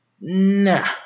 nah